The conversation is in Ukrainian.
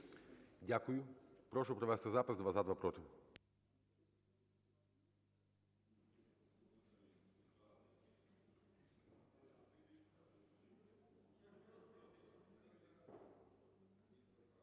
Дякую. Прошу провести запис: два - за, два - проти.